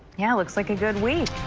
yeah looks like a good week.